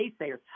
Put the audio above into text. naysayers